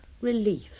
relief